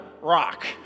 rock